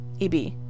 EB